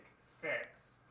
Six